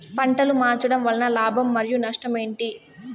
పంటలు మార్చడం వలన లాభం మరియు నష్టం ఏంటి